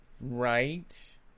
Right